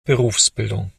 berufsbildung